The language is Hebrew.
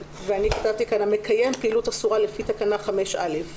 כתבתי כאן המקיים פעילות אסורה לפי תקנה 5(א).